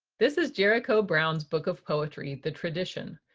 this is jericho brown's book of poetry, the tradition,